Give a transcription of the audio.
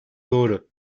doğru